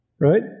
Right